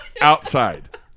outside